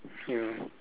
ya